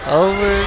over